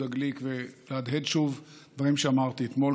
גליק ולהדהד שוב דברים שאמרתי אתמול.